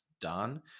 done